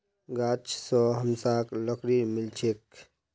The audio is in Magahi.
गाछ स हमसाक लकड़ी मिल छेक